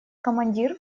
командир